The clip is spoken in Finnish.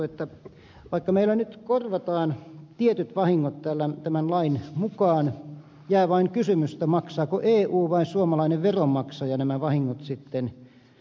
vaikka meillä nyt korvataan tietyt vahingot tämän lain mukaan jää vain kysymys maksaako eu vai suomalainen veronmaksaja nämä vahingot sitten